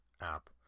app